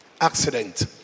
accident